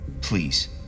Please